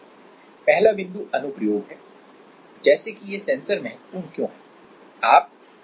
पहला बिंदु एप्लीकेशन है जैसे कि ये सेंसर महत्वपूर्ण क्यों हैं